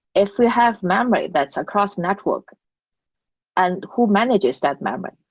if we have memory that's across network and who manages that memory?